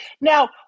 Now